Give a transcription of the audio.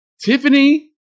Tiffany